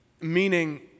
Meaning